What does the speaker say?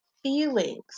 feelings